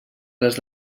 les